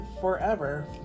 forever